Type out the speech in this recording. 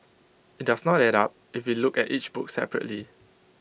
IT does not add up if we look at each book separately